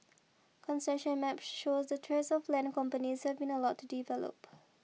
concession maps show the tracts of land companies have been allowed to develop